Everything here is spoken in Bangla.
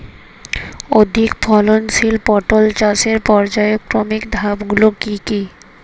অধিক ফলনশীল পটল চাষের পর্যায়ক্রমিক ধাপগুলি কি কি?